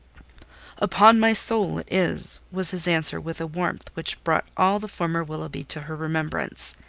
upon my soul it is, was his answer, with a warmth which brought all the former willoughby to her remembrance,